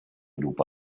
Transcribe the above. grupo